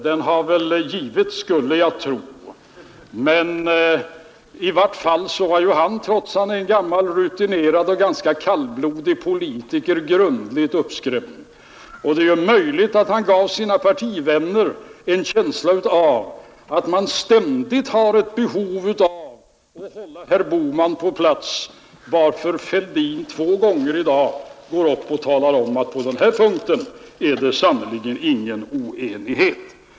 Den har väl givits skulle jag tro, i vart fall var herr Hedlund — trots att han är en gammal rutinerad och ganska kallblodig politiker — grundligt uppskrämd. Det är möjligt att han gav sina partivänner en känsla av att han ständigt har ett behov att hålla herr Bohman på plats, varför herr Fälldin två gånger i dag går upp och talar om: på den här punkten är det sannerligen ingen oenighet.